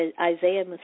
Isaiah